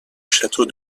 château